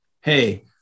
hey